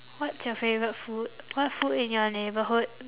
what's your favourite food what food in your neighbourhood